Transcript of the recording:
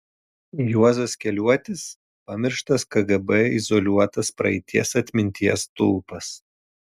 juozas keliuotis pamirštas kgb izoliuotas praeities atminties stulpas